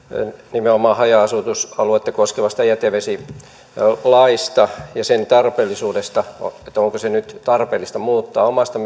nimenomaan haja asutusaluetta koskevasta jätevesilaista ja sen tarpeellisuudesta että onko sitä nyt tarpeellista muuttaa omasta